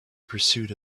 pursuit